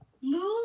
move